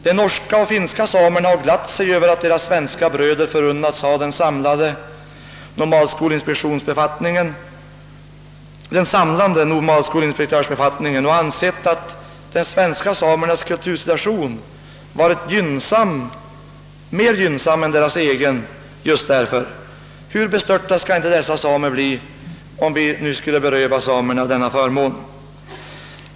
De norska och finska samerna har glatt sig över att deras svenska bröder förunnats ha den samlande nomadskolinspektionsbefattningen och ansett ait de svenska samernas kultursituation just därför varit mer gynnsam än deras. egen. Hur bestörta skall inte dessa samer bli om vi nu skulle beröva våra samer denna förmån!